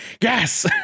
yes